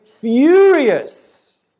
furious